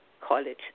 college